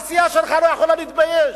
הסיעה שלך לא יכולה להתבייש?